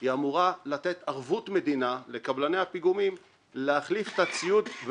היא אמורה לתת ערבות מדינה לקבלני הפיגומים להחליף את הציוד,